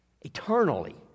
Eternally